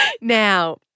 Now